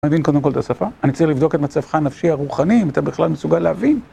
מבין קודם כל את השפה, אני צריך לבדוק את מצבך הנפשי הרוחני אם אתה בכלל מסוגל להבין